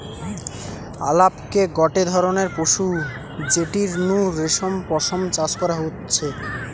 আলাপকে গটে ধরণের পশু যেটির নু রেশম পশম চাষ করা হতিছে